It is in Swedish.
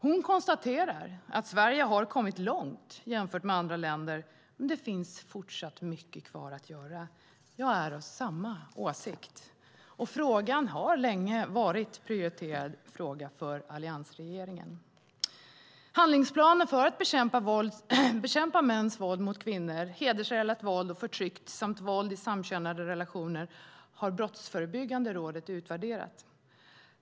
Hon konstaterar att Sverige har kommit långt jämfört med andra länder men att det fortsatt finns mycket kvar att göra. Jag är av samma åsikt. Och frågan har länge varit en prioriterad fråga för alliansregeringen. Brottsförebyggande rådet har utvärderat handlingsplanen för att bekämpa mäns våld mot kvinnor, hedersrelaterat våld och förtryck samt våld i samkönade relationer.